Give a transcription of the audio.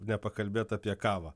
nepakalbėt apie kavą